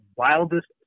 wildest